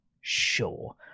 Sure